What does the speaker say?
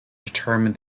determine